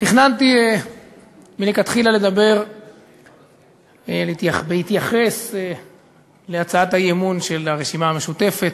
תכננתי מלכתחילה לדבר בהתייחס להצעת האי-אמון של הרשימה המשותפת,